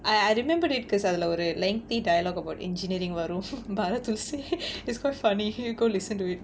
I I remember it because அதுல ஒரு:athula oru lengthy dialogue about engineering வரும்:varum barath will say it's quite funny here go listen to it